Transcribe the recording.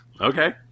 Okay